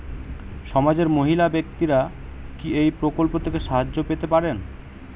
সমাজের মহিলা ব্যাক্তিরা কি এই প্রকল্প থেকে সাহায্য পেতে পারেন?